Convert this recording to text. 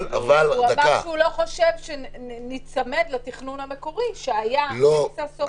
אבל --- הוא אמר שהוא לא חושב שניצמד לתכנון המקורי שהיה -- לא,